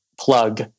plug